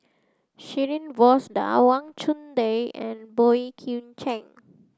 Shirin Fozdar Wang Chunde and Boey Kim Cheng